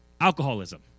alcoholism